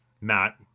Matt